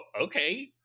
okay